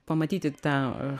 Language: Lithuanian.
pamatyti tą